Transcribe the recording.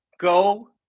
go